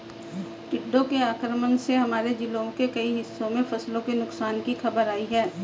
टिड्डों के आक्रमण से हमारे जिले के कई हिस्सों में फसलों के नुकसान की खबर आई है